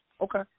Okay